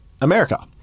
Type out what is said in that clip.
america